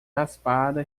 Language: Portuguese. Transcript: raspada